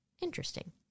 interesting